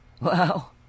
Wow